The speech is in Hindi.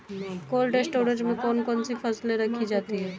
कोल्ड स्टोरेज में कौन कौन सी फसलें रखी जाती हैं?